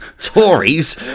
Tories